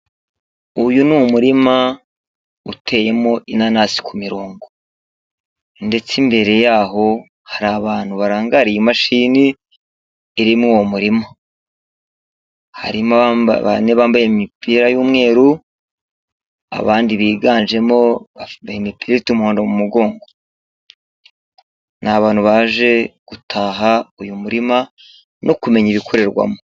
Uyu ni umurima uteyemo inanasi ku mirongo ndetse imbere yaho hari abantu barangariye imashini iri muri uwo murima, harimo abamba bane bambaye imipira y'umweru, abandi biganjemo bambaye imipira ifite umuhundo mu mugongo, ni abantu baje gutaha uyu murima no kumenya ibikorerwamo.